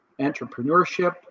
Entrepreneurship